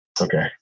Okay